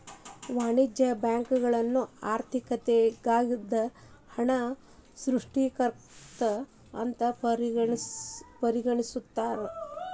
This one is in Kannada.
ವಾಣಿಜ್ಯ ಬ್ಯಾಂಕುಗಳನ್ನ ಆರ್ಥಿಕತೆದಾಗ ಹಣದ ಸೃಷ್ಟಿಕರ್ತ ಅಂತ ಪರಿಗಣಿಸ್ತಾರ